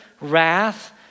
wrath